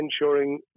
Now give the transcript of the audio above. ensuring